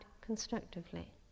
constructively